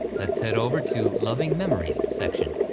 let's head over to loving memories section.